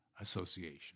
association